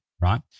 right